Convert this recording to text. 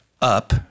up